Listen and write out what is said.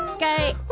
guy